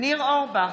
ניר אורבך,